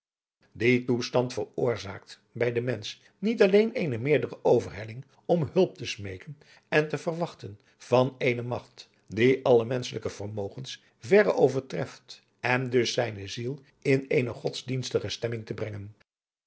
die toestand veroorzaakt bij den mensch niet alleen eene meerdere overhelling om hulp te smeeken en te verwachten van eene magt die alle menschelijke vermogens verre overtreft en dus zijne ziel in eene godsdienstige stemming te brengen